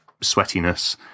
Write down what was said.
sweatiness